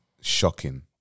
shocking